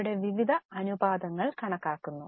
അവിടെ വിവിധ അനുപാതങ്ങൾ കണക്കാക്കുന്നു